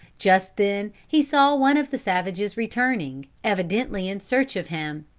just then he saw one of the savages returning, evidently in search of him.